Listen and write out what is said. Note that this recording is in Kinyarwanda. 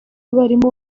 abarimu